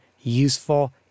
useful